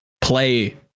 play